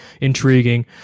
intriguing